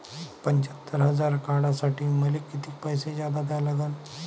पंच्यात्तर हजार काढासाठी मले कितीक पैसे जादा द्या लागन?